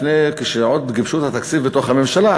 עוד לפני שגיבשו את התקציב בתוך הממשלה,